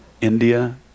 India